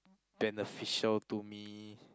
beneficial to me